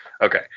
Okay